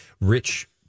Rich